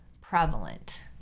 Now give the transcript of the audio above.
prevalent